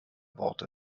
worte